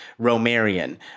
Romarian